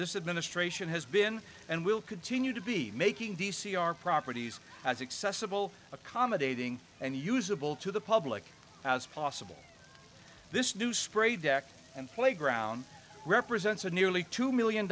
this administration has been and will continue to be making d c our properties as accessible accommodating and usable to the public as possible this new spray deck and playground represents a nearly two million